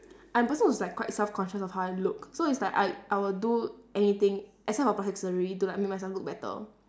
I'm a person who's like quite self conscious of how I look so it's like I I will do anything except for plastic surgery to like make myself look better